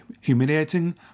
humiliating